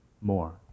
more